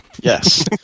Yes